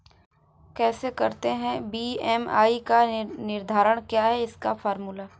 कैसे करते हैं बी.एम.आई का निर्धारण क्या है इसका फॉर्मूला?